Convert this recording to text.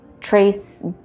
trace